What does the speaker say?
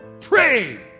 Pray